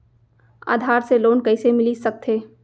आधार से लोन कइसे मिलिस सकथे?